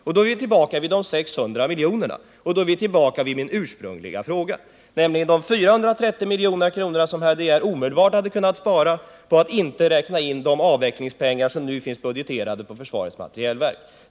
Därmed är vi tillbaka vid de 600 miljonerna och vid min ursprungliga fråga, nämligen om de 430 miljonerna som herr De Geer kunde ha sparat på att inte räkna in de avvecklingspengar som nu finns budgeterade på försvarets materielverk.